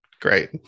great